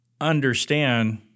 understand